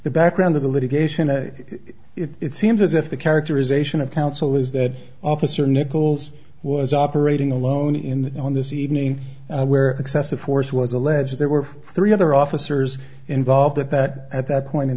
the background of the litigation and it seems as if the characterization of counsel is that officer nichols was operating alone in the on this evening where excessive force was alleged there were three other officers involved at that at that point in